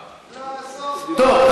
טוב.